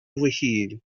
mhichíl